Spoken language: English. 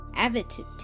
avidity